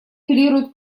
апеллируют